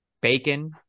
bacon